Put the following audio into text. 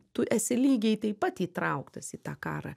tu esi lygiai taip pat įtrauktas į tą karą